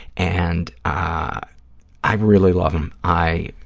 and i i really love them. i